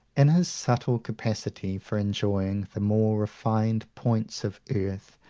in his subtle capacity for enjoying the more refined points of earth,